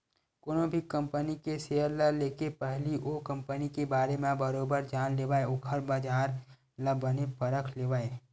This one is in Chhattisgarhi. कोनो भी कंपनी के सेयर ल लेके पहिली ओ कंपनी के बारे म बरोबर जान लेवय ओखर बजार ल बने परख लेवय